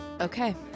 Okay